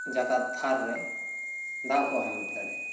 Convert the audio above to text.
ᱡᱟᱠᱟᱛ ᱛᱷᱟᱨ ᱨᱮ ᱫᱟᱣ ᱠᱚ ᱦᱟᱢᱮᱴ ᱫᱟᱲᱮᱭᱟᱜᱼᱟ